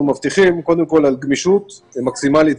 אנחנו מבטיחים קודם כל גמישות מקסימלית,